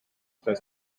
does